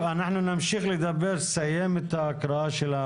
נסיים את ההקראה,